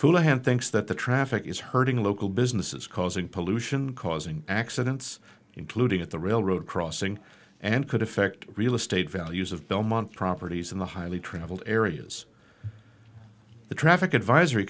full ahead thinks that the traffic is hurting local businesses causing pollution causing accidents including at the railroad crossing and could affect real estate values of belmont properties in the highly traveled areas the traffic advisory